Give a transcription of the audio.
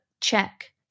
check